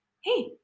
hey